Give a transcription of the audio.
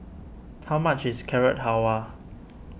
how much is Carrot Halwa